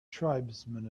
tribesmen